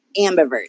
ambivert